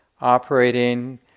operating